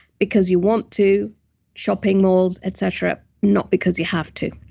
because you want to shopping malls, et cetera. not because you have to.